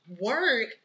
work